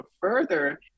further